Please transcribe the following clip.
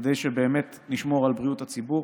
כדי שבאמת נשמור על בריאות הציבור.